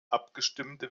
abgestimmte